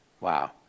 Wow